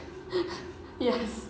yes